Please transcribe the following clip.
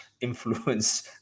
influence